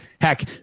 Heck